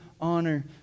honor